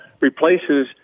replaces